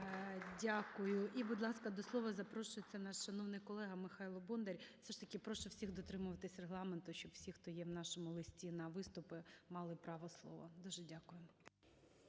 Дякую. І, будь ласка, до слова запрошується наш шановний колега Михайло Бондар. Все ж таки прошу всіх дотримуватися Регламенту. Щоб всі, хто є в нашому листі на виступи, мали право слова. Дуже дякую.